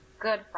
good